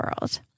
world